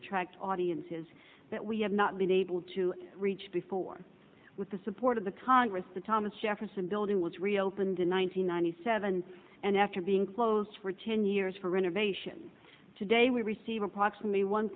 attract audiences that we have not been able to reach before with the support of the congress the thomas jefferson building was reopened in one thousand nine hundred seven and after being closed for ten years for renovation today we receive approximately one